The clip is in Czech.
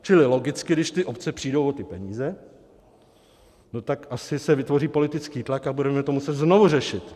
Čili logicky, když ty obce přijdou o ty peníze, no tak asi se vytvoří politický tlak a budeme to muset znovu řešit.